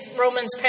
Romans